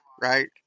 right